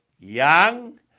young